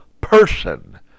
person